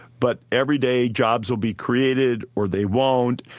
but every day jobs will be created or they won't.